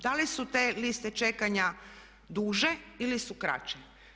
Da li su te liste čekanja duže ili su kraće.